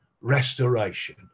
restoration